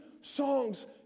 songs